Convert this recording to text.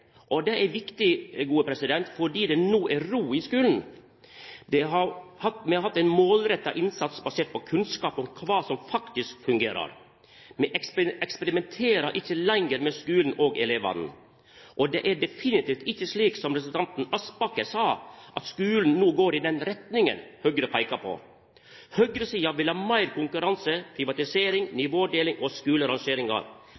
Det er viktig, fordi det no er ro i skulen. Vi har hatt ein målretta innsats basert på kunnskap om kva som faktisk fungerer. Vi eksperimenterer ikkje lenger med skulen og elevane. Det er definitivt ikkje slik som representanten Aspaker sa, at skulen no går i den retninga som Høgre peikar på. Høgresida vil ha meir konkurranse, privatisering,